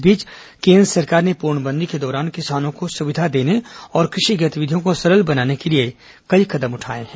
इस बीच केन्द्र सरकार ने पूर्णबंदी के दौरान किसानों को सुविधा देने और कृषि गतिविधियों को सरल बनाने के लिए कई कदम उठाए हैं